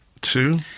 Two